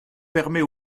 permet